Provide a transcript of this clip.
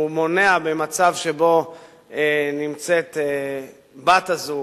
הוא מונע מצב שבו נמצאת בת-הזוג,